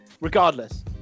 regardless